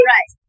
Right